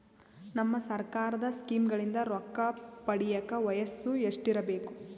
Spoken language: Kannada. ನಮ್ಮ ಸರ್ಕಾರದ ಸ್ಕೀಮ್ಗಳಿಂದ ರೊಕ್ಕ ಪಡಿಯಕ ವಯಸ್ಸು ಎಷ್ಟಿರಬೇಕು?